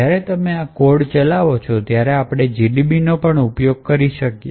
જ્યારે તમે તેને ચલાવો ત્યારે આપણે GDBનો ઉપયોગ કરી શકીએ